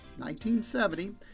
1970